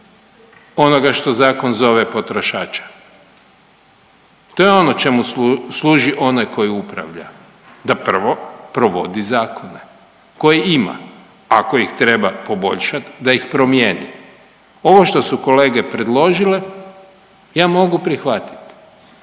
onoga što zakon zove potrošače? To je ono čemu služi onaj koji upravlja da prvo provodi zakone koji ima, ako ih treba poboljšat da ih promijeni. Ovo što su kolege predložile ja mogu prihvatit,